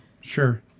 Sure